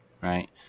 right